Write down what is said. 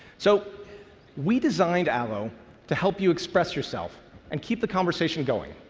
so we designed allo to help you express yourself and keep the conversation going.